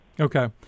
Okay